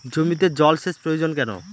জমিতে জল সেচ প্রয়োজন কেন?